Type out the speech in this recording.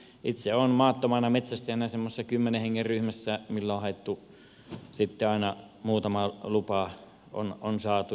itse olen maattomana metsästäjänä semmoisessa kymmenen hengen ryhmässä mille on haettu sitten aina muutama lupa ja on saatu